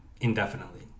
indefinitely